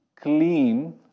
clean